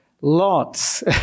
Lots